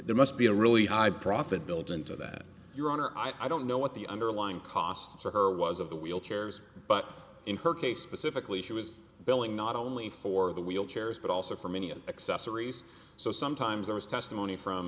there must be a really high profit built into that your honor i don't know what the underlying costs for her was of the wheelchairs but in her case specifically she was billing not only for the wheelchairs but also for many of the accessories so sometimes there was testimony from